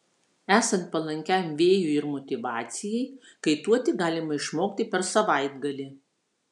esant palankiam vėjui ir motyvacijai kaituoti galima išmokti per savaitgalį